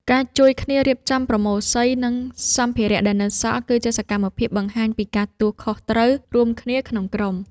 ការជួយគ្នារៀបចំប្រមូលសី និងសម្ភារៈដែលនៅសល់ គឺជាសកម្មភាពបង្ហាញពីការទទួលខុសត្រូវរួមគ្នាក្នុងក្រុម។